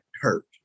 hurt